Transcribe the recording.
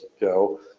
go